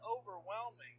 overwhelming